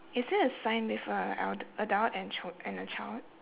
is there a sign with a adu~ adult and chi~ and a child